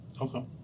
Okay